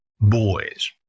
boys